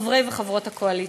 חברי וחברות הקואליציה,